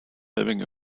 having